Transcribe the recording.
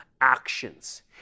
actions